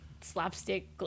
slapstick